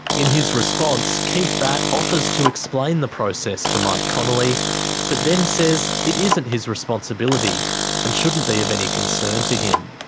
in his response, keith batt offers to explain the process to mike connolly but then says it isn't his responsibility and shouldn't be of any concern to him.